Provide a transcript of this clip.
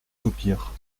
soupir